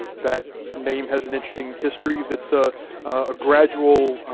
that name has an interesting history that's a ah gradual,